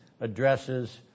addresses